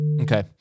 Okay